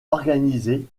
organisées